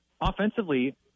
offensively